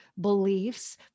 beliefs